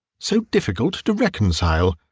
so difficult to reconcile?